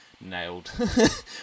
nailed